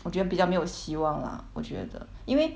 我觉得比较没有希望 lah 我觉得因为